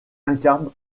incarne